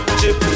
chip